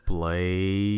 Play